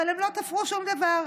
אבל הם לא תפרו שום דבר.